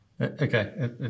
Okay